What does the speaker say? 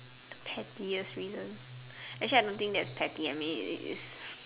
pettiest reason actually I don't think that's petty it is